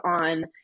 on